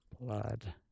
Blood